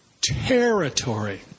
Territory